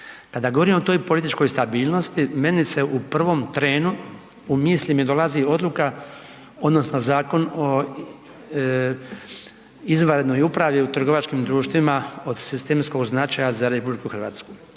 Kada govorimo o toj političkoj stabilnosti, meni se u prvom trenu u misli mi dolazi odluka odnosno Zakon o izvanrednoj upravi u trgovačkim društvima od sestrinskog značaja za RH, da